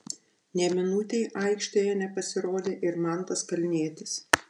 nė minutei aikštėje nepasirodė ir mantas kalnietis